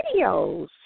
videos